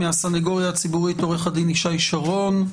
מהסנגוריה הציבורית: עורך הדין ישי שרון,